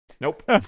Nope